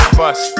bus